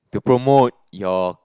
to promote your